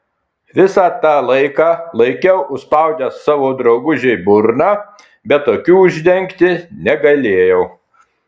visą tą laiką laikiau užspaudęs savo draugužei burną bet akių uždengti negalėjau